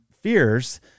fears